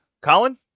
Colin